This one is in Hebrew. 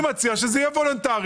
אני מציע שזה יהיה וולונטרי,